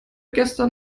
gestern